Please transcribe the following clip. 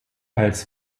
als